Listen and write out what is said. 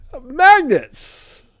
Magnets